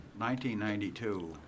1992